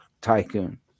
tycoon